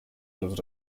los